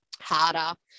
harder